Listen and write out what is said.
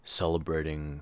celebrating